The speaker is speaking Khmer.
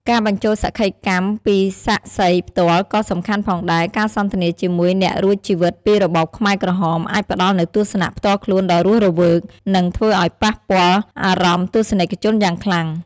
ការបញ្ចូលសក្ខីកម្មពីសាក្សីផ្ទាល់ក៏សំខាន់ផងដែរ ការសន្ទនាជាមួយអ្នករួចជីវិតពីរបបខ្មែរក្រហម អាចផ្តល់នូវទស្សនៈផ្ទាល់ខ្លួនដ៏រស់រវើក និងធើ្វឲ្យប៉ះពាល់អារម្មណ៍ទស្សនិកជនយ៉ាងខ្លាំង។